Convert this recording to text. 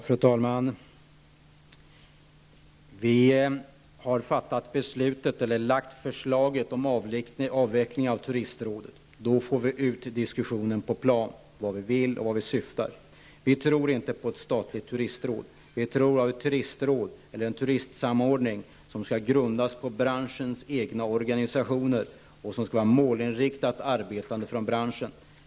Fru talman! Vi har lagt fram ett förslag om avveckling av turistrådet. Då får vi en diskussion om vad vi vill och vart vi syftar. Vi tror inte på ett statligt turistråd. Vi tror på ett turistråd eller en turistsamordning som skall grundas på branschens egna organisationer och som skall arbeta målinriktat utifrån branschen.